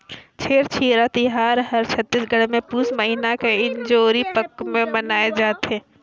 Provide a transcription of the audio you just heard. छेरछेरा तिहार हर छत्तीसगढ़ मे पुस महिना के इंजोरी पक्छ मे मनाए जथे